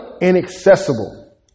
inaccessible